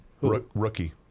Rookie